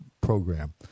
Program